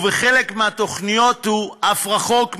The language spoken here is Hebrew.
ובחלק מהתוכניות הוא אף רחוק מזה.